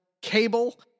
cable